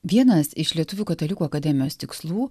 vienas iš lietuvių katalikų akademijos tikslų